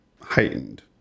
heightened